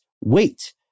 Wait